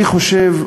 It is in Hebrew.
אני חושב,